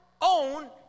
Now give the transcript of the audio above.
own